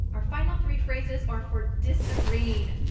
our final three phrases or for disagreeing.